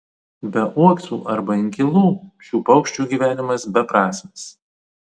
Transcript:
be uoksų arba inkilų šių paukščių gyvenimas beprasmis